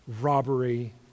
robbery